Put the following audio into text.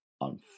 on